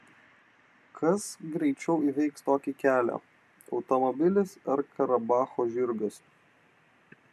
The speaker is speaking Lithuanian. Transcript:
kas greičiau įveiks tokį kelią automobilis ar karabacho žirgas